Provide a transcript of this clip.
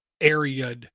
area